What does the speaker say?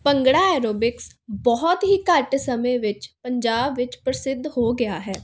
bhangra aerobics ਬਹੁਤ ਹੀ ਘੱਟ ਸਮੇਂ ਵਿੱਚ ਪੰਜਾਬ ਵਿੱਚ ਪ੍ਰਸਿੱਧ ਹੋ ਗਿਆ ਹੈ